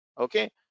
okay